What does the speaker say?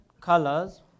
colors